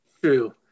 True